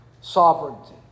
Sovereignty